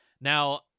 Now